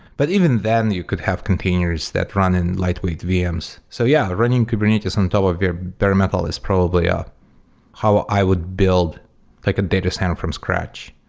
but even then, you could have containers that run in lightweight vms. so yeah, running kubernetes on top of bare bare metal is probably ah how i would build like a data center from scratch.